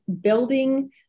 building